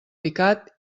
picat